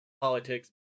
Politics